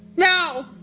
now,